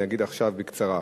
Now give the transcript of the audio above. אגיד עכשיו בקצרה.